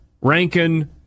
Rankin